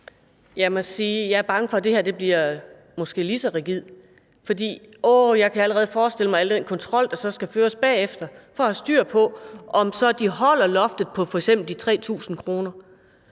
jeg er bange for, at det her måske bliver lige så rigidt. For jeg kan allerede forestille mig al den kontrol, der så skal føres bagefter, for at have styr på, om de så holder loftet på f.eks. de 3.000 kr.